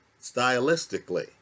stylistically